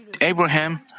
Abraham